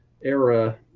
era